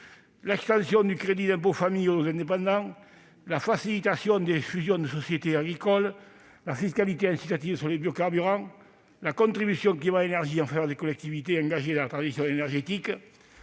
» et du crédit d'impôt famille aux travailleurs indépendants, la facilitation des fusions de sociétés agricoles, la fiscalité incitative sur les biocarburants, la mobilisation de la contribution climat-énergie en faveur des collectivités engagées dans la transition énergétique,